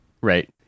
Right